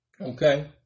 okay